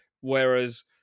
Whereas